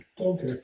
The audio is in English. Okay